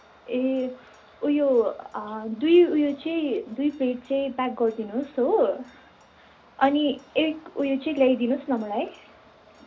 ए ऊ यो दुई ऊ यो चाहिँ दुई प्लेट चाहिँ प्याक गरिदिनुहोस् हो अनि एक ऊ यो चाहिँ ल्याइदिनुहोस् न मलाई